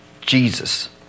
Jesus